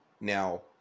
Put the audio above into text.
now